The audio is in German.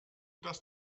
dass